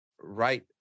right